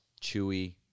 chewy